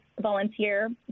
volunteer